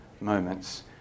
moments